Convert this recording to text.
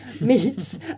meets